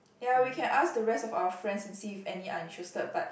ya we can ask the rest of our friends and see if any are interested but